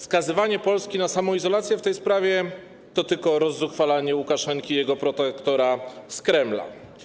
Skazywanie Polski na samoizolację w tej sprawie to tylko rozzuchwalanie Łukaszenki i jego protektora z Kremla.